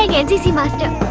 like ncc master